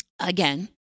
again